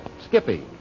Skippy